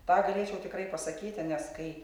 tą galėčiau tikrai pasakyti nes kai